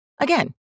Again